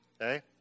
Okay